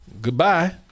Goodbye